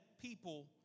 people